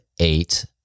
eight